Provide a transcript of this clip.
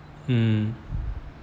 mmhmm